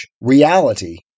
reality